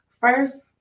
first